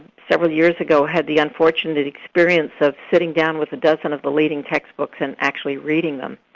several years ago, had the unfortunate experience of sitting down with a dozen of the leading text books and actually reading them,